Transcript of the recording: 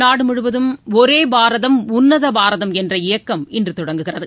நாடு முழுவதும் ஒரே பாரதம் உன்னத பாரதம் என்ற இயக்கம் இன்று தொடங்குகிறது